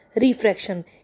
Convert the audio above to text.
refraction